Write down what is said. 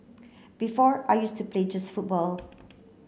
before I used to play just football